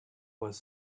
was